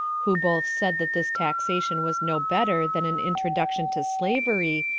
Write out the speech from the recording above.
who both said that this taxation was no better than an introduction to slavery,